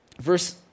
verse